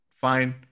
Fine